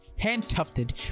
Hand-tufted